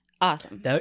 Awesome